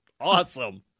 Awesome